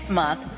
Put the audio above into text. month